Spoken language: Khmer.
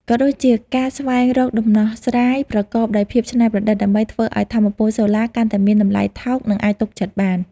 ក៏ដូចជាការស្វែងរកដំណោះស្រាយប្រកបដោយភាពច្នៃប្រឌិត ដើម្បីធ្វើឱ្យថាមពលសូឡាកាន់តែមានតម្លៃថោក និងអាចទុកចិត្តបាន។